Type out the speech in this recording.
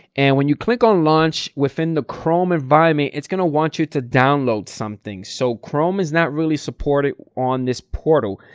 and when you click on launch within the chrome environment, it's going to want you to download something so chrome is not really supported on this portal.